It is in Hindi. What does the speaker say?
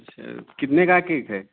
अच्छा कितने का केक है